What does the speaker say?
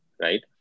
right